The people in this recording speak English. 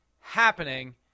happening